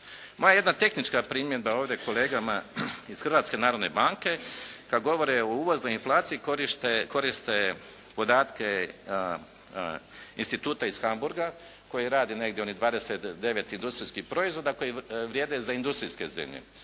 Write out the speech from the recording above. Moja jedna tehnička primjedba ovdje kolegama iz Hrvatske narodne banke kad govore o uvoznoj inflaciji koriste podatke Instituta iz Hamburga koji rade negdje onih 29 industrijskih proizvoda koji vrijede za industrijske zemlje.